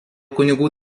kunigų